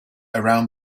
around